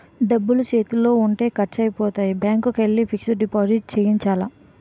డబ్బులు సేతిలో ఉంటే ఖర్సైపోతాయి బ్యాంకికెల్లి ఫిక్సడు డిపాజిట్ సేసియ్యాల